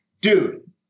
Dude